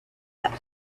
that